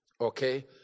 Okay